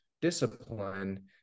discipline